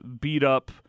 beat-up